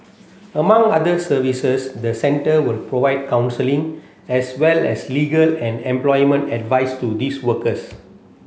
among other services the centre will provide counselling as well as legal and employment advice to these workers